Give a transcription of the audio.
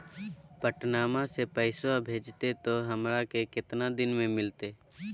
पटनमा से पैसबा भेजते तो हमारा को दिन मे मिलते?